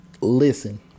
listen